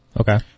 Okay